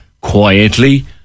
quietly